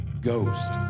ghost